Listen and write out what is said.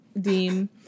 deem